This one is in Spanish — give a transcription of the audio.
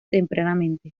tempranamente